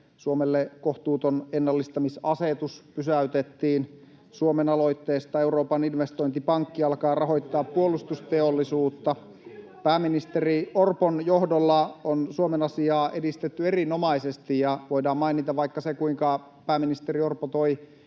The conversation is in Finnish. Suomelle kohtuuton ennallistamisasetus pysäytettiin Suomen aloitteesta, Euroopan investointipankki alkaa rahoittaa puolustusteollisuutta. Pääministeri Orpon johdolla on Suomen asiaa edistetty erinomaisesti, ja voidaan mainita vaikka se, kuinka pääministeri Orpo toi